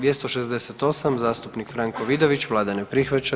268. zastupnik Franko Vidović, vlada ne prihvaća.